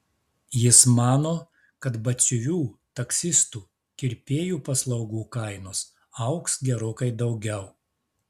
jis mano kad batsiuvių taksistų kirpėjų paslaugų kainos augs gerokai daugiau